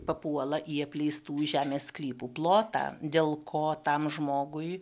papuola į apleistų žemės sklypų plotą dėl ko tam žmogui